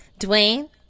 Dwayne